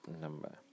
number